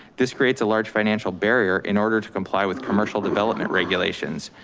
this creates a large financial barrier in order to comply with commercial development regulations.